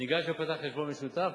ניגש ופתח חשבון משותף,